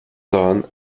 done